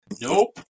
Nope